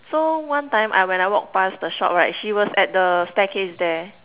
so one time I when I walk past the shop right she was at the staircase there